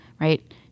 right